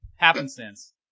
happenstance